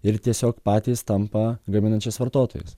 ir tiesiog patys tampa gaminančiais vartotojais